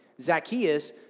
Zacchaeus